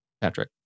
Patrick